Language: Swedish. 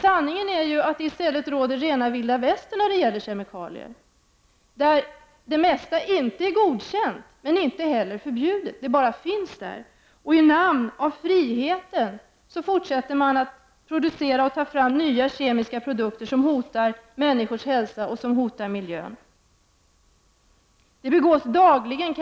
Sanningen är att det råder rena vilda västern när gäller kemikalier, där det mesta inte är godkänt men inte heller förbjudet utan bara finns där. I namn av friheten fortsätter man att producera nya kemiska produkter som hotar människors hälsa och miljön. Det begås dagligen